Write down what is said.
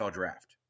draft